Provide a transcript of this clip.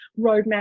roadmap